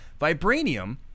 Vibranium